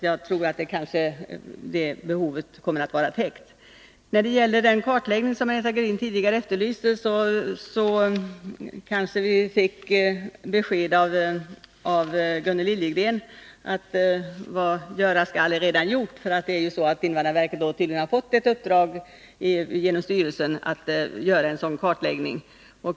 Jag tror att det behovet kanske kommer att vara täckt. När det gäller den kartläggning som Anita Gradin tidigare efterlyste kanske vi fick besked av Gunnel Liljegren, att vad göras skall är redan gjort. Det är ju tydligen så att invandrarverket har fått ett uppdrag genom styrelsen att göra en sådan kartläggning.